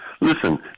listen